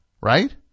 right